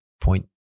point